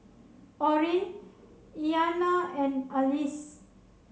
Orin Iyanna and Alease